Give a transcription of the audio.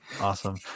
Awesome